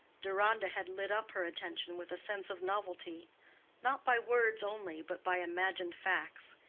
deronda had lit up her attention with a sense of novelty not by words only, but by imagined facts,